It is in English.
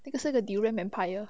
那个是个 durian empire